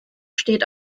steht